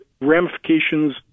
ramifications